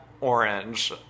orange